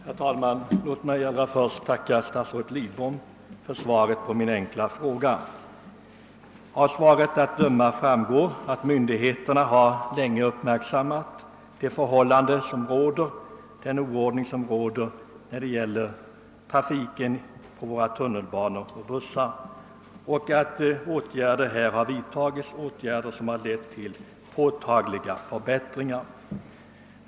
Herr talman! Låt mig allra först tacka statsrådet Lidbom för svaret på min enkla fråga. Av svaret framgår att myndigheterna länge har uppmärksammat den oordning som råder på våra tunnelbanor och bussar och att åtgärder har vidtagits som har lett till påtagliga förbättringar.